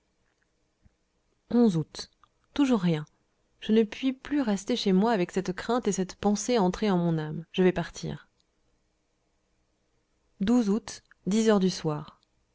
août toujours rien je ne puis plus rester chez moi avec cette crainte et cette pensée entrées en mon âme je vais partir août heures du soir